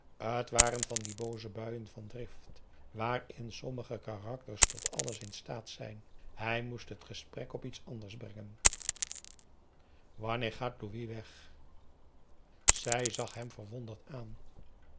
t waren van die booze buien van drift waarin sommige karakters tot alles in staat zijn hij moest t gesprek op iets anders brengen wanneer gaat louis weg zij zag hem verwonderd aan